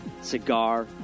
Cigar